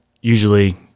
usually –